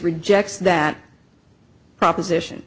rejects that proposition